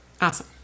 Awesome